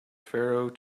pharaoh